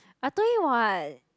I told you [what]